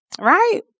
Right